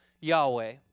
Yahweh